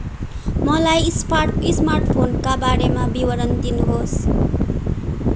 मलाई smart smart फोनका बारेमा विवरण दिनुहोस्